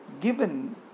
given